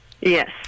Yes